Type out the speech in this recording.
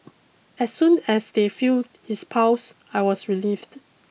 as soon as they feel his pulse I was relieved